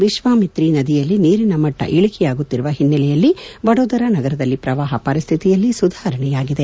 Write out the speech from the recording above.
ವಿಶ್ವಾಮಿತ್ರಿ ನದಿಯಲ್ಲಿ ನೀರಿನ ಮಟ್ಟ ಇಳಿಕೆಯಾಗುತ್ತಿರುವ ಹಿನ್ನೆಲೆಯಲ್ಲಿ ವಡೋದರ ನಗರದಲ್ಲಿ ಪ್ರವಾಪ ಪರಿಸ್ಟಿತಿಯಲ್ಲಿ ಸುಧಾರಣೆಯಾಗಿದೆ